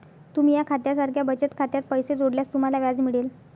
तुम्ही या खात्या सारख्या बचत खात्यात पैसे जोडल्यास तुम्हाला व्याज मिळेल